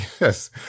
Yes